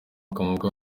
ukomoka